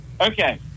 Okay